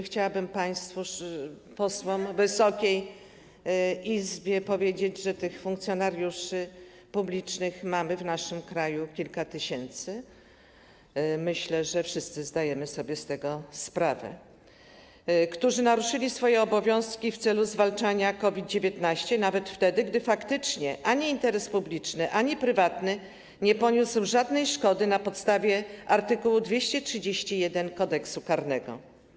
Chciałabym państwu posłom, Wysokiej Izbie powiedzieć, że tych funkcjonariuszy publicznych mamy w naszym kraju kilka tysięcy - myślę, że wszyscy zdajemy sobie z tego sprawę - którzy naruszyli swoje obowiązki w celu zwalczania COVID-19 nawet wtedy, gdy faktycznie ani interes publiczny, ani prywatny nie poniósł żadnej szkody na podstawie art. 231 k.k.